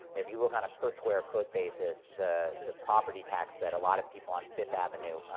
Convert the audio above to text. if you look on a per square foot basis, the the property tax that a lot of people on fifth avenue,